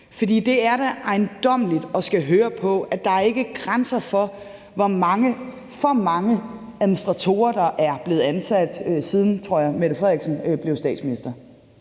Det er da ejendommeligt at skulle høre på, at der ikke er grænser for, hvor mange for mange af administratorer, der er blevet ansat, siden Mette Frederiksen blev statsminister.